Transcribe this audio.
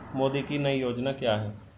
मोदी की नई योजना क्या है?